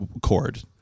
cord